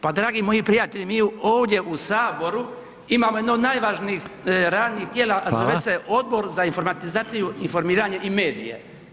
Pa dragi moji prijatelji, mi ovdje u Saboru imamo jedno od najvažnijih radnih tijela a zove se Odbor za informatizaciju, informiranje i medije.